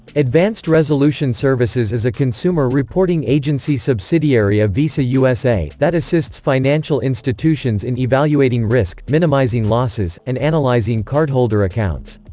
advanced resolution services is a consumer reporting agency subsidiary of visa u s a, that assists financial institutions in evaluating risk, minimizing losses, and analyzing cardholder accounts.